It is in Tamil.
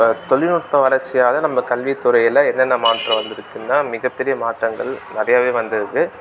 இப்போ தொழில்நுட்ப வளர்ச்சியால் நம்ம கல்வி துறையில் என்னென்ன மாற்றம் வந்திருக்குன்னா மிகப்பெரிய மாற்றங்கள் நிறையாவே வந்திருக்குது